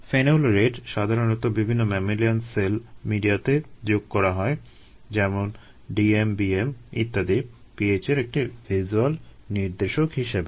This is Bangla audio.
ফেনল রেড সাধারণত বিভিন্ন ম্যামালিয়ান সেল মিডিয়াতে যোগ করা হয় যেমন DMBM ইত্যাদি pH এর একটি ভিজুয়াল নির্দেশক হিসেবে